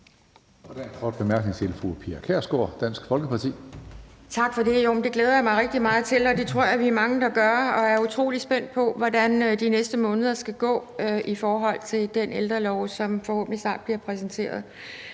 Tak for det. Jo, det glæder jeg mig rigtig meget til, og det tror jeg vi er mange der gør. Og jeg er utrolig spændt på, hvordan de næste måneder skal gå i forhold til den ældrelov, som forhåbentlig snart bliver præsenteret.